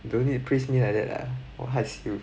don't need praise me like that lah 我害羞